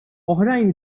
oħrajn